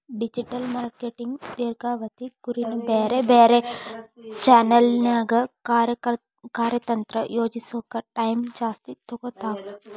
digital marketing ದೇರ್ಘಾವಧಿ ಗುರಿನ ಬ್ಯಾರೆ ಬ್ಯಾರೆ ಚಾನೆಲ್ನ್ಯಾಗ ಕಾರ್ಯತಂತ್ರ ಯೋಜಿಸೋಕ ಟೈಮ್ ಜಾಸ್ತಿ ತೊಗೊತಾವ